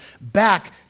back